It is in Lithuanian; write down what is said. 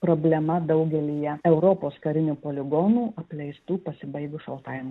problema daugelyje europos karinių poligonų apleistų pasibaigus šaltajam